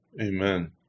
amen